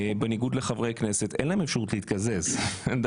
בניגוד לחברי כנסת אין להם אפשרות להתקזז.